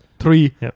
Three